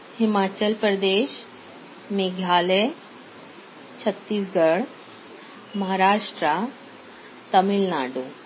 Himachal Pradesh Meghalaya Chhattisgarh Maharashtra Tamil Nadu